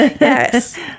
yes